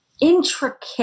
intricate